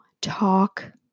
talk